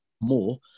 more